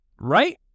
Right